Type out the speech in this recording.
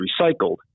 recycled